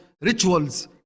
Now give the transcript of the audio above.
rituals